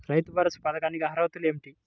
రైతు భరోసా పథకానికి అర్హతలు ఏమిటీ?